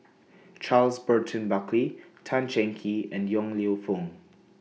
Charles Burton Buckley Tan Cheng Kee and Yong Lew Foong